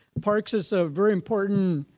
parks is a very important